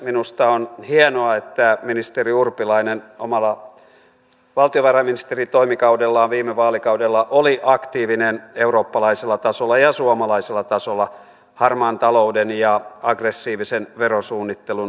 minusta on hienoa että ministeri urpilainen omalla valtiovarainministeritoimikaudellaan viime vaalikaudella oli aktiivinen eurooppalaisella tasolla ja suomalaisella tasolla harmaan talouden ja aggressiivisen verosuunnittelun suitsimiseksi